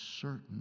certain